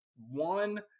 one